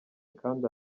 kandi